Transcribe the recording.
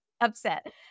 upset